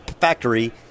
factory